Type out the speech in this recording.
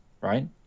right